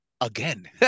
again